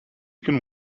can